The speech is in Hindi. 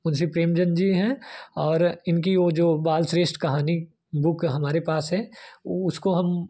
मुंशी प्रेमचंद जी हैं और इनकी वह जो बाल श्रेष्ट कहानी बुक हमारे पास है उसको हम